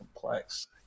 complex